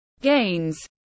gains